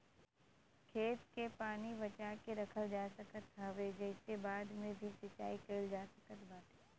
खेत के पानी बचा के रखल जा सकत हवे जेसे बाद में भी सिंचाई कईल जा सकत बाटे